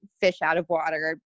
fish-out-of-water